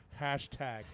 hashtag